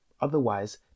Otherwise